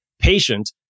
patient